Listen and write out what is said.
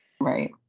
Right